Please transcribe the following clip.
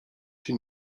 się